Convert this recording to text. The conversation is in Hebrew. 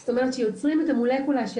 זאת אומרת שיוצרים את המולקולה של